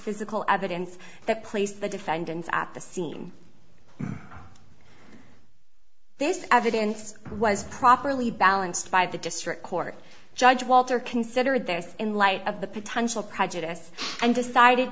physical evidence that placed the defendants at the scene this evidence was properly balanced by the district court judge walter considered this in light of the potential prejudice and decided